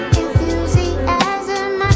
enthusiasm